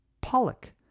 Pollock